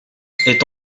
est